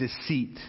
deceit